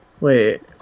wait